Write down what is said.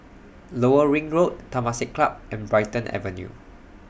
Lower Ring Road Temasek Club and Brighton Avenue